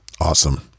Awesome